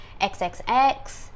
XXX